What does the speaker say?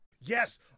yes